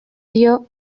dio